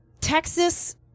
Texas